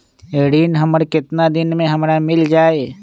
ऋण हमर केतना दिन मे हमरा मील जाई?